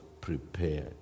prepared